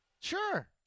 Sure